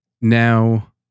Now